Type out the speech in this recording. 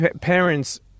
parents